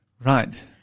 Right